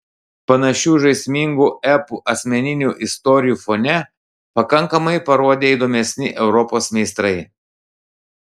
panašių žaismingų epų asmeninių istorijų fone pakankamai parodė įdomesni europos meistrai